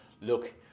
look